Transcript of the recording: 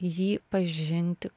jį pažinti